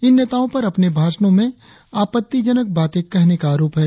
इन नेताओं पर अपने भाषणों में आपत्तिजनक बातें कहने का आरोप है